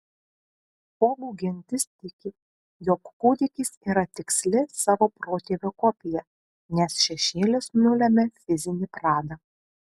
forų gentis tiki jog kūdikis yra tiksli savo protėvio kopija nes šešėlis nulemia fizinį pradą